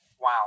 Wow